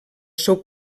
seu